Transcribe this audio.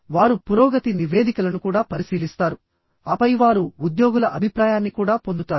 వారు పురోగతి నివేదికలను కూడా పరిశీలిస్తారుఆపై వారు ఉద్యోగుల అభిప్రాయాన్ని కూడా పొందుతారు